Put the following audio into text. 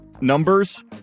numbers